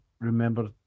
remember